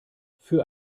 für